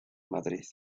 madrid